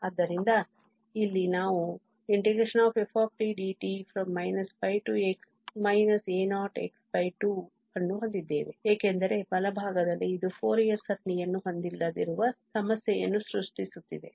ಆದ್ದರಿಂದ ಇಲ್ಲಿ ನಾವು xftdt a0x2 ಅನ್ನು ಹೊಂದಿದ್ದೇವೆ ಏಕೆಂದರೆ ಬಲಭಾಗದಲ್ಲಿ ಇದು ಫೋರಿಯರ್ ಸರಣಿಯನ್ನು ಹೊಂದಿಲ್ಲದಿರುವ ಸಮಸ್ಯೆಯನ್ನು ಸೃಷ್ಟಿಸುತ್ತಿದೆ